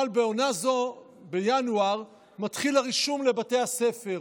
אבל בעונה זו, בינואר, מתחיל הרישום לבתי הספר.